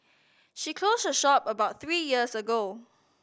she closed her shop about three years ago